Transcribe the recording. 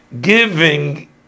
giving